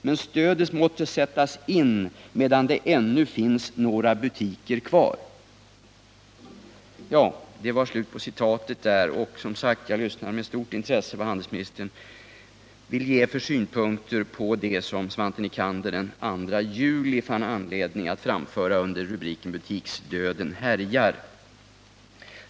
Men stödet måste sättas in medan det ännu finns några butiker kvar.” Jag lyssnar som sagt med stort intresse på handelsministerns synpunkter på vad Svante Nycander den 2 juli fann anledning att framföra under rubriken Butiksdöden härjar.